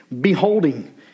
beholding